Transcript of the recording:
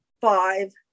five